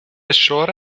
chora